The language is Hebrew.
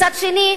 מצד שני,